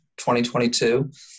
2022